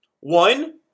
One